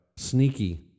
sneaky